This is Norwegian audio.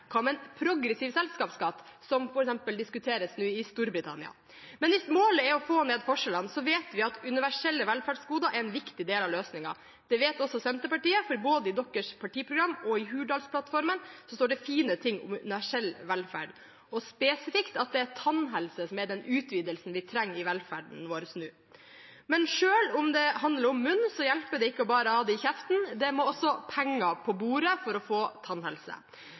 en progressiv selskapsskatt, som f.eks. diskuteres i Storbritannia nå? Hvis målet er å få ned forskjellene, vet vi at universelle velferdsgoder er en viktig del av løsningen. Det vet også Senterpartiet, for både i partiprogrammet deres og i Hurdalsplattformen står det fine ting om universell velferd, og spesifikt at tannhelse er den utvidelsen vi trenger i velferden vår nå. Men selv om det handler om munn, hjelper det ikke bare å ha det i kjeften; det må også penger på bordet for å få tannhelse.